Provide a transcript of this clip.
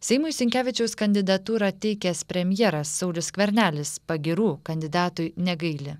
seimui sinkevičiaus kandidatūrą teikęs premjeras saulius skvernelis pagyrų kandidatui negaili